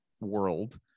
world